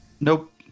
Nope